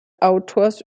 autors